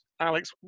Alex